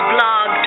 Blog